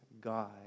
God